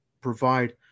provide